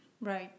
Right